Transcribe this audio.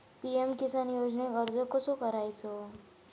PM Kisan योजनेक अर्ज कसो करायचो?